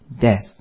death